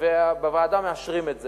ובוועדה מאשרים את זה,